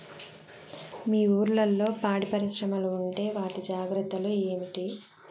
మీ ఊర్లలో పాడి పరిశ్రమలు ఉంటే వాటి జాగ్రత్తలు ఏమిటి